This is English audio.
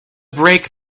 brake